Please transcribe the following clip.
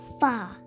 far